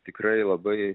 tikrai labai